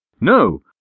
No